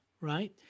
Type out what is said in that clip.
right